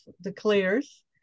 declares